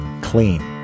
clean